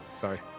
Sorry